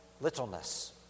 littleness